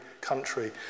country